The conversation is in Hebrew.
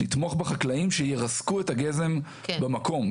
לתמוך בחקלאים שירסקו את הגזם במקום,